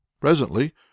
Presently